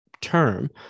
term